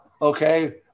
Okay